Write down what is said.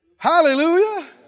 Hallelujah